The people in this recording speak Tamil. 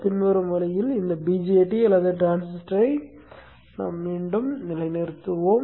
பின்வரும் வழியில் இந்த BJT அல்லது டிரான்சிஸ்டரை மீண்டும் நிலைநிறுத்துவோம்